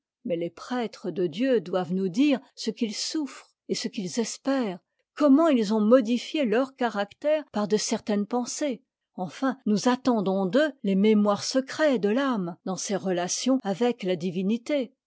mais les prêtres de dieu doivent nous dire ce qu'ils souffrent et ce qu'ils espèrent comment ils ont modifié leur caractère par de certaines pensées enfin nous attendons d'eux les mémoires secrets de t'âme dans ses relations avec la divinité